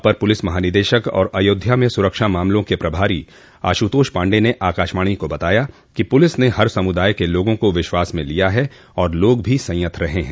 अपर police महानिदेशक और अयोध्या में सुरक्षा मामलों के प्रभारी आशुतोष पाण्डेय ने आकाशवाणी को बताया कि पुलिस ने हर समुदाय के लोगों को विश्वास में लिया है और लोग भी संयत रहे हैं